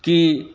कि